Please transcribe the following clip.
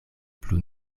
plu